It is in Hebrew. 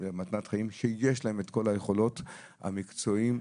שיש להם את כל היכולות המקצועיות,